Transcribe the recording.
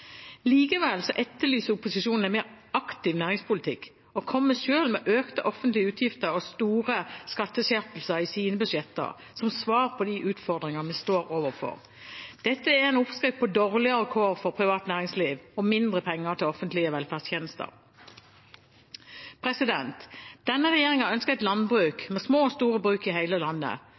Likevel etterlyser opposisjonen en mer aktiv næringspolitikk og kommer selv med økte offentlige utgifter og store skatteskjerpelser i sine budsjetter som svar på de utfordringene vi står overfor. Dette er en oppskrift på dårligere kår for privat næringsliv og mindre penger til offentlige velferdstjenester. Denne regjeringen ønsker et landbruk med små og store bruk i hele landet.